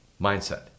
mindset